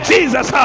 Jesus